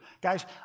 Guys